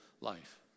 life